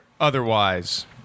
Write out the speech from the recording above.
otherwise